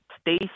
Stay